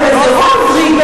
איזו קונסטלציה,